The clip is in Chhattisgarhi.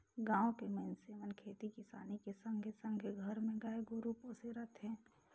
गाँव के मइनसे मन खेती किसानी के संघे संघे घर मे गाय गोरु पोसे रथें